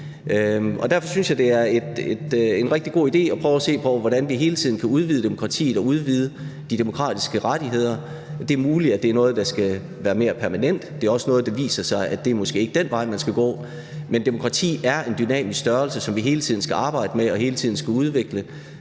Derfor synes jeg, det er en rigtig god idé at prøve at se på, hvordan vi hele tiden kan udvide demokratiet og udvide de demokratiske rettigheder. Det er muligt, at det er noget, der skal være mere permanent. Det kan også vise sig, at det måske ikke er den vej, man skal gå. Men demokrati er en dynamisk størrelse, som vi hele tiden skal arbejde med og hele tiden skal udvikle.